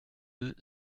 deux